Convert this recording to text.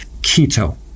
Keto